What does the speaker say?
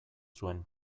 zuen